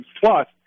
plus